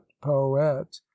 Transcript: poet